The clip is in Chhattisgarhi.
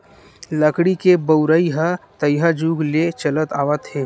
लकड़ी के बउरइ ह तइहा जुग ले चलत आवत हे